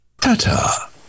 Ta-ta